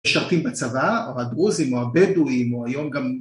משרתים בצבא, אבל דרוזים או הבדואים או היום גם...